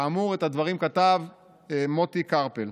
כאמור, את הדברים כתב מוטי קרפל.